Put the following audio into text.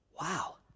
Wow